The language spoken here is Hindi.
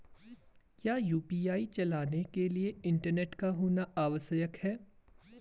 क्या यु.पी.आई चलाने के लिए इंटरनेट का होना आवश्यक है?